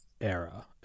era